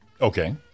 okay